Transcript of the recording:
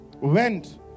went